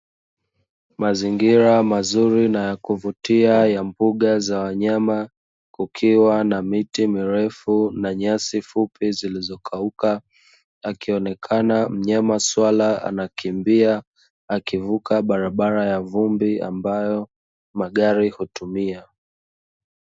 Mazingira mazuri na ya kuvutia ya mbuga za wanyama, kukiwa na miti mirefu na nyasi fupi zilizokauka; akionekana mnyama swala anakimbia, akivuka barabara ya vumbi ambayo magari hutumia.